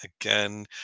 again